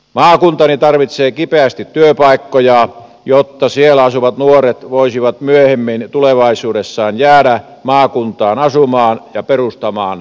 maakuntani tarvitsee kipeästi työpaikkoja jotta siellä asuvat nuoret voisivat myöhemmin tulevaisuudessaan jäädä maakuntaan asumaan ja perustamaan perhettä